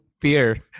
fear